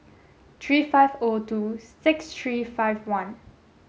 three five O two six three five one